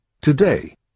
Today